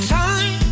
time